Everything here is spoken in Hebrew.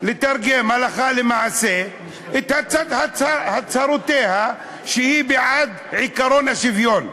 לתרגם הלכה למעשה את הצהרותיה שהיא בעד עקרון השוויון.